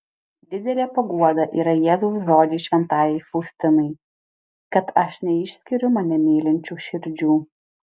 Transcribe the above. didelė paguoda yra jėzaus žodžiai šventajai faustinai kad aš neišskiriu mane mylinčių širdžių